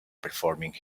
performing